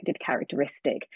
characteristic